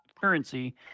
currency